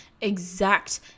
exact